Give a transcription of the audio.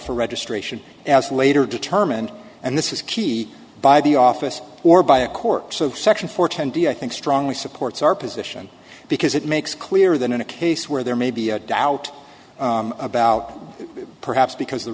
for registration as later determined and this is key by the office or by a court so section four ten d i think strongly supports our position because it makes clear that in a case where there may be a doubt about it perhaps because the